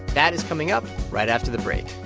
that is coming up right after the break